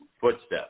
footsteps